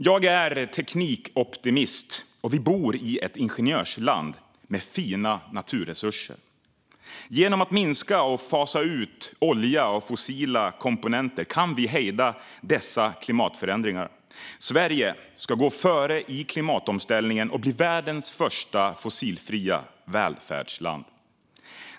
Jag är teknikoptimist, och vi bor i ett ingenjörsland med fina naturresurser. Genom att minska och fasa ut olja och fossila komponenter kan vi hejda dessa klimatförändringar. Sverige ska gå före i klimatomställningen och bli världens första fossilfria välfärdsland.